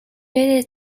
did